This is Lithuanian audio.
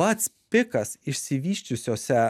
pats pikas išsivysčiusiose